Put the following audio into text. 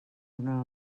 una